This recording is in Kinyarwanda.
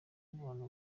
abantu